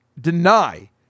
deny